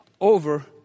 over